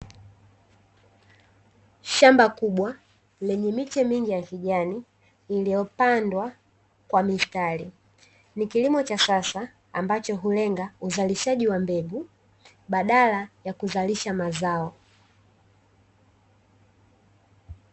Shamba kubwa lenye miche mingi ya kijani, iliyopandwa kwa mistari. Ni kilimo cha sasa ambacho hulenga uzalishaji wa mbegu badala ya kuzalisha mazao.